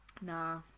Nah